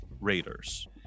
Raiders